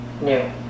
new